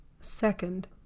Second